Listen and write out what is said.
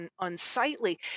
unsightly